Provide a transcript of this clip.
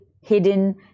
hidden